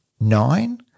Nine